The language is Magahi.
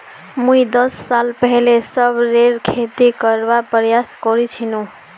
मुई दस साल पहले रबरेर खेती करवार प्रयास करील छिनु